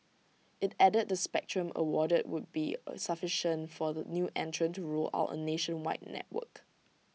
IT added the spectrum awarded would be sufficient for the new entrant to roll out A nationwide network